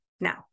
Now